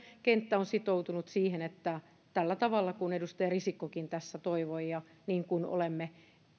kenttä on sitoutunut siihen että tällä tavalla kuin edustaja risikkokin tässä toivoi ja niin kuin olemme